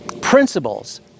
principles